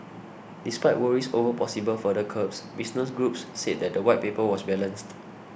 despite worries over possible further curbs business groups said that the White Paper was balanced